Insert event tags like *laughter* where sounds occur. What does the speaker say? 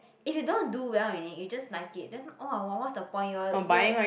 if you don't want do well in it you just like it then *noise* what's the point you're you're